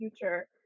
future